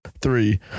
Three